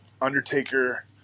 Undertaker